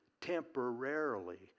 temporarily